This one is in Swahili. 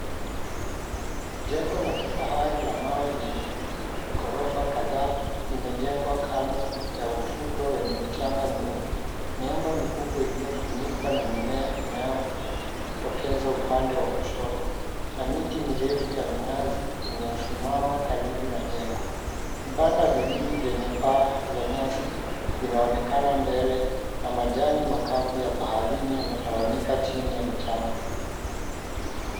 Jengo la kifahari la mawe lenye ghorofa kadhaa limejengwa kando ya ufukwe wenye mchanga mweupe. Miamba mikubwa iliyofunikwa na mimea inayotokeza upande wa kushoto na miti mirefu ya minazi imesimama karibu na jengo. Vibanda viwili vyenye paa za nyasi vinaonekana mbele na majani makavu ya baharini yametawanyika chini ya mchanga.